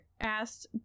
asked